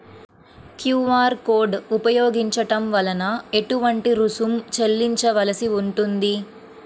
QR code ఉపయోగించటం వలన ఏటువంటి రుసుం చెల్లించవలసి ఉంటుంది?